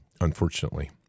unfortunately